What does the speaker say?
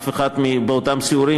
באותם סיורים,